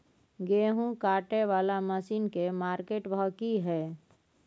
गेहूं काटय वाला मसीन के मार्केट भाव की हय?